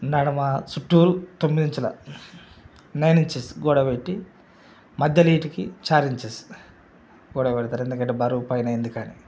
నడమ చుట్టు తొమ్మిది ఇంచుల నైన్ ఇంచెస్ గోడ పెట్టి మధ్యలో ఇంటికి చార్ ఇంచెస్ గోడ పెడతారు ఎందుకంటే బరువు పైన ఎందుకని